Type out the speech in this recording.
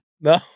no